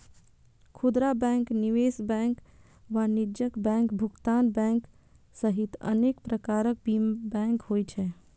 खुदरा बैंक, निवेश बैंक, वाणिज्यिक बैंक, भुगतान बैंक सहित अनेक प्रकारक बैंक होइ छै